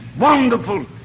wonderful